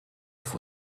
auf